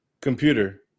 Computer